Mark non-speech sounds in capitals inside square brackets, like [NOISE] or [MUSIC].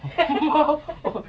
[LAUGHS]